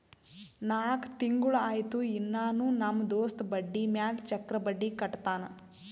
ನಾಕ್ ತಿಂಗುಳ ಆಯ್ತು ಇನ್ನಾನೂ ನಮ್ ದೋಸ್ತ ಬಡ್ಡಿ ಮ್ಯಾಲ ಚಕ್ರ ಬಡ್ಡಿ ಕಟ್ಟತಾನ್